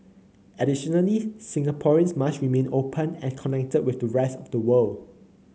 additionally Singaporeans must remain open and connected with the rest of the world